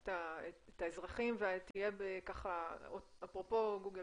את האזרחים ותהיה ככה אפרופו גוגל